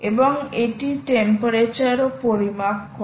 এবং এটি টেম্পারেচার ও পরিমাপ করে